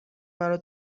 مرا